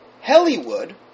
Hollywood